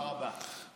תודה רבה.